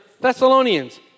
Thessalonians